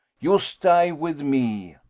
you stay with me.